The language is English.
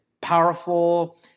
powerful